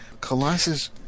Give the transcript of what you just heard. colossus